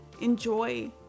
enjoy